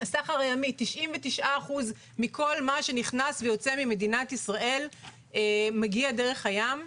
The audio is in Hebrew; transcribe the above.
הסחר הימי 99% מכל מה שנכנס ויוצא ממדינת ישראל מגיע דרך הים.